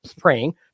praying